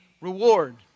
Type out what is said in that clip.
reward